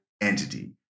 entity